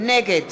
נגד